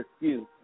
excuse